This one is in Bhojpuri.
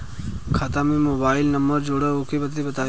खाता में मोबाइल नंबर जोड़ना ओके बताई?